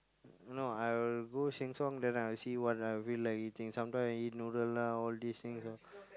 no I will go Sheng-Siong then I will see what I feel like eating sometime I eat noodle ah all these things all